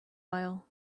aisle